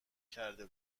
کرده